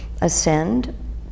ascend